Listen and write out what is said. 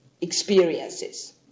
experiences